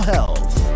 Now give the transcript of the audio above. Health